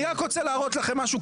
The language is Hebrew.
אני רק רוצה להראות לכם משהו,